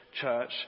church